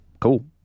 Cool